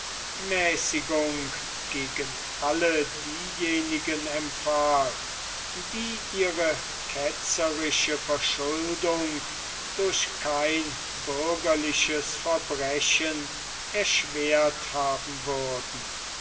mäßigung gegen alle diejenigen empfahl die ihre ketzerische verschuldung durch kein bürgerliches verbrechen erschwert haben würden